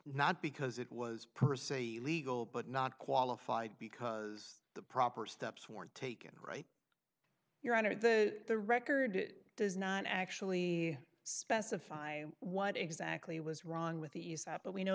not because it was per se legal but not qualified because the proper steps weren't taken right your honor that the record it does not actually specify what exactly was wrong with aesop but we know